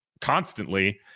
constantly